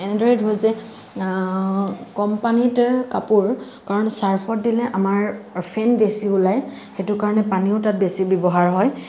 এনেদৰে ধো যে কম পানীত কাপোৰ কাৰণ চাৰ্ফত দিলে আমাৰ ফেন বেছি ওলাই সেইটো কাৰণে পানীও তাত বেছি ব্যৱহাৰ হয়